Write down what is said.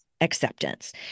acceptance